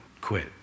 quit